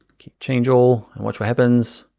keep change all and watch what happens,